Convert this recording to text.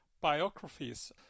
biographies